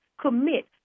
commit